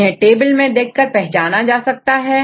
इन्हें टेबल में देखकर पहचाना जाता है